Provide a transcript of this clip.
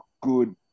good